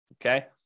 Okay